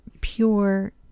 pure